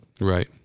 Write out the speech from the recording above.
right